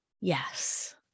yes